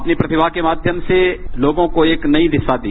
अपनी प्रतिमा के माध्याम से लोगों को एक नई दिशा दी